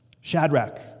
Shadrach